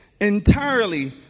entirely